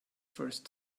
first